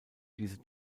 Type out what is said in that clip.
diese